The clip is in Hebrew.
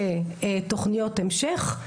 כתוכניות המשך,